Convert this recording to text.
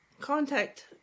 contact